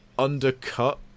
undercut